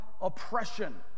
oppression